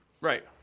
right